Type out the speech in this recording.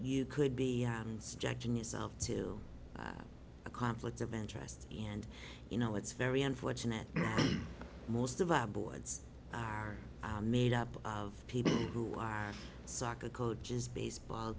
you could be subjecting yourself to a conflict of interest and you know it's very unfortunate most of our boards are made up of people who are soccer coaches baseball